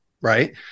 right